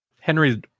Henry